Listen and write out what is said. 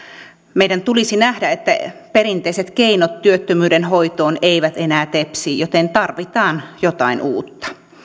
meidän tulisi nähdä että perinteiset keinot työttömyyden hoitoon eivät enää tepsi joten tarvitaan jotain uutta